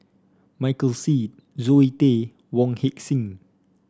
Michael Seet Zoe Tay Wong Heck Sing